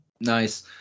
Nice